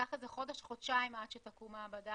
ייקח איזה חודש, חודשיים עד שתקום מעבדה.